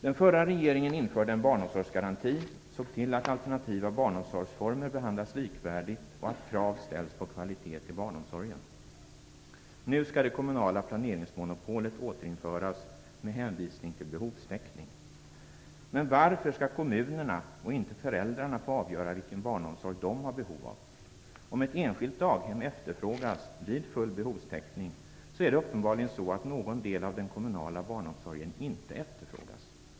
Den förra regeringen införde en barnomsorgsgaranti, såg till att alternativa barnomsorgsformer behandlas likvärdigt och att krav ställs på kvalitet i barnomsorgen. Nu skall det kommunala planeringsmonopolet återinföras, med hänvisning till behovstäckning. Men varför skall kommunerna och inte föräldrarna få avgöra vilken barnomsorg de har behov av? Om ett enskilt daghem efterfrågas vid full behovstäckning är det uppenbarligen så att någon del av den kommunala barnomsorgen inte efterfrågas.